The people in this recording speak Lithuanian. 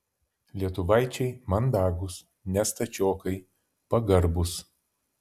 lietuvaičiai mandagūs ne stačiokai pagarbūs